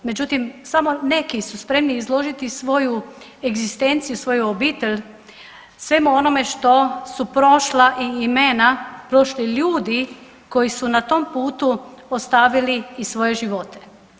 Međutim, samo neki su spremni izložiti svoju egzistenciju, svoju obitelj svemu onome što su prošla i imena, prošli ljudi koji su na tom putu ostavili i svoje živote.